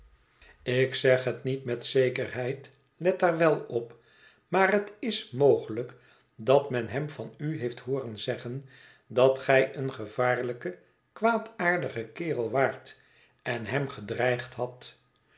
ik zeg het niet met zekerheid let daar wel op maar het is mogelijk dat men hem van u heeft hooren zeggen dat gij een gevaarlijke kwaadaardige kerel waart en hem gedreigd hadt